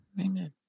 Amen